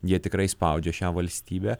jie tikrai spaudžia šią valstybę